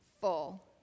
full